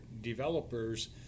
developers